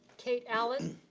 kate allen